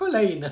kau lain ah